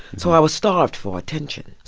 so i was starved for attention.